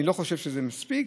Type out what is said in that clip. אני לא חושב שזה מספיק,